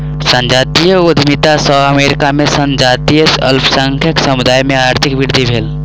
संजातीय उद्यमिता सॅ अमेरिका में संजातीय अल्पसंख्यक समुदाय में आर्थिक वृद्धि भेल